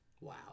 Wow